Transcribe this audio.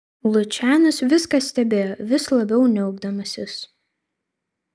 lučianas viską stebėjo vis labiau niaukdamasis